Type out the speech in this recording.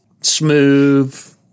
smooth